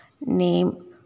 name